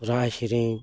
ᱥᱚᱨᱦᱟᱭ ᱥᱮᱨᱮᱧ